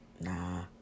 Nah